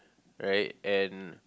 right and